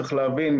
צריך להבין,